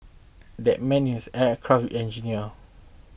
that man is an aircraft engineer